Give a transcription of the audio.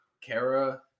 Kara